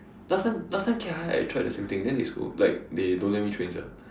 last time last time cat high I try the same thing then they scold like they don't let me train sia